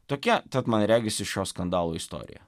tokia tad man regisi šio skandalo istorija